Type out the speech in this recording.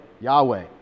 Yahweh